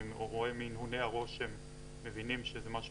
אני רואה מהנהוני הראש שהם מבינים שזה משהו